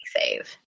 save